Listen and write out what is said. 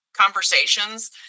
conversations